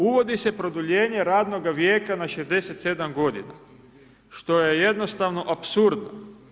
Uvodi se produljenje radnoga vijeka na 67 g. što je jednostavno apsurdno.